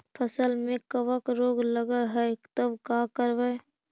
फसल में कबक रोग लगल है तब का करबै